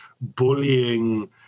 bullying